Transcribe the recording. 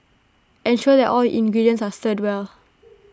ensure that all ingredients are stirred well